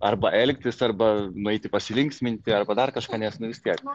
arba elgtis arba nueiti pasilinksminti arba dar kažką nes nu vis tiek